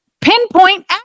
pinpoint